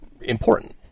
important